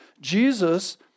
Jesus